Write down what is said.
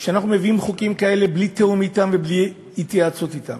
שאנחנו מביאים חוקים כאלה בלי תיאום אתם ובלי התייעצות אתם?